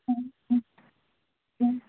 ओं ओं ओं